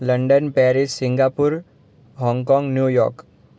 London Paris Singapore Hong Kong New York